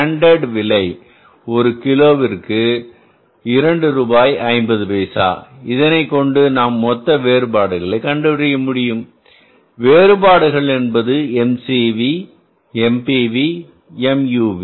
standard விலை ஒரு கிலோவிற்கு இரண்டு ரூபாய் 50 பைசா இதனைக் கொண்டு நாம் மொத்த வேறுபாடுகளை கண்டறிய முடியும் வேறுபாடுகள் என்பது MCV MPV MUV